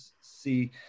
see